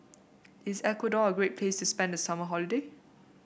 is Ecuador a great place to spend the summer holiday